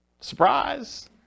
Surprise